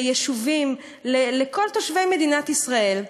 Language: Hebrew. ליישובים, לכל תושבי מדינת ישראל.